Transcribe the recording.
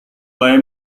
mulai